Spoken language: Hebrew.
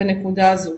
בנקודה הזאת.